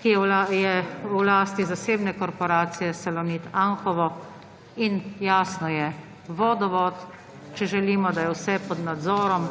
ki je v lasti zasebne korporacije Salonit Anhovo, in jasno je, vodovod, če želimo, da je vse pod nadzorom,